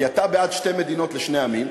כי אתה בעד שתי מדינות לשני עמים.